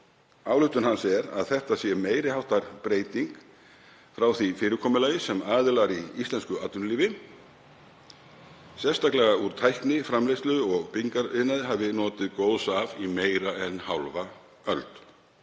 ályktun hans er að þetta sé meiri háttar breyting frá því fyrirkomulagi sem aðilar í íslensku atvinnulífi, sérstaklega úr tækni-, framleiðslu- og byggingariðnaði, hafi notið góðs af í meira en hálfa öld.